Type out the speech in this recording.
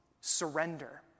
surrender